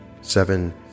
seven